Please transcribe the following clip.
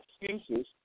excuses